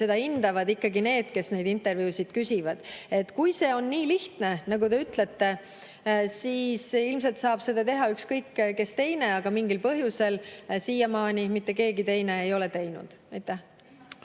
hindavad ikkagi need, kes neid intervjuusid küsivad. Kui see on nii lihtne, nagu te ütlete, siis ilmselt saab seda teha ükskõik kes teine, aga mingil põhjusel siiamaani mitte keegi teine ei ole teinud. Aitäh!